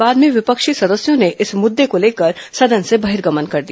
बाद में विपक्षी सदस्यों ने इस मुद्दे को लेकर सदन से बहिर्गमन कर दिया